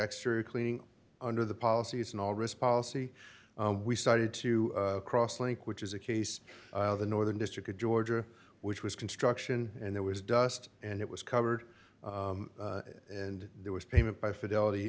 extra cleaning under the policies and all response see we started to cross link which is a case of the northern district of georgia which was construction and there was dust and it was covered and there was payment by fidelity